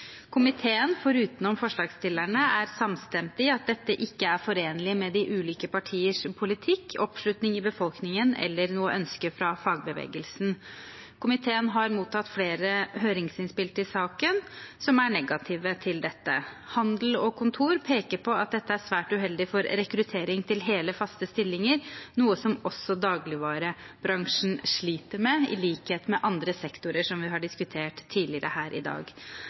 utenom forslagstillerne er samstemte i at dette ikke er forenlig med de ulike partiers politikk, oppslutning i befolkningen eller ønske fra fagbevegelsen. Komiteen har mottatt flere høringsinnspill til saken som er negative til dette. Handel og Kontor peker på at dette er svært uheldig for rekruttering til hele, faste stillinger, noe som også dagligvarebransjen, i likhet med andre sektorer, sliter med, og som vi har diskutert tidligere her i dag.